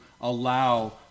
allow